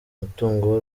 umutungo